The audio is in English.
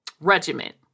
Regiment